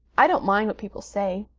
i don't mind what people say,